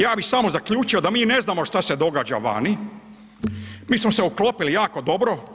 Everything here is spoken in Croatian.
Ja bih samo zaključio da mi ne znamo šta se događa vani, mi smo se uklopili jako dobro.